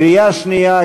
קריאה שנייה,